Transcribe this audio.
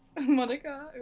Monica